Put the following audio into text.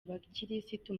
abakirisitu